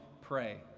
pray